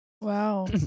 Wow